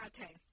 Okay